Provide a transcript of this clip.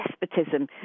despotism